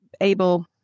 able